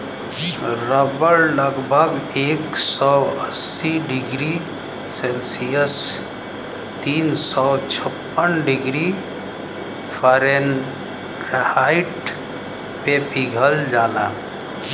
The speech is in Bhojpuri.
रबड़ लगभग एक सौ अस्सी डिग्री सेल्सियस तीन सौ छप्पन डिग्री फारेनहाइट पे पिघल जाला